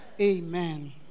amen